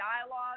dialogue